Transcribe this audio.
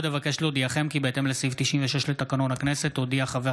עוד אבקש להודיעכם כי בהתאם לסעיף 96 לתקנון הכנסת הודיע חבר